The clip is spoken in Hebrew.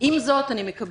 אני חושב